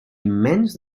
immens